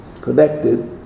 connected